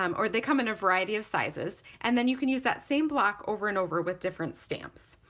um or they come in a variety of sizes, and then you can use that same block over and over with different stamps.